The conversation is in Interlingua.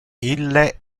ille